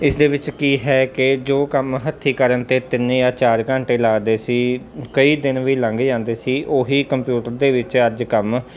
ਇਸ ਦੇ ਵਿੱਚ ਕੀ ਹੈ ਕਿ ਜੋ ਕੰਮ ਹੱਥੀਂ ਕਰਨ 'ਤੇ ਤਿੰਨ ਜਾਂ ਚਾਰ ਘੰਟੇ ਲੱਗਦੇ ਸੀ ਕਈ ਦਿਨ ਵੀ ਲੰਘ ਜਾਂਦੇ ਸੀ ਉਹੀ ਕੰਪਿਊਟਰ ਦੇ ਵਿੱਚ ਅੱਜ ਕੰਮ